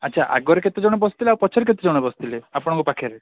ଆଚ୍ଛା ଆଗରେ କେତେଜଣ ବସିଥିଲେ ଆଉ ପଛରେ କେତେଜଣ ବସିଥିଲେ ଆପଣଙ୍କ ପାଖରେ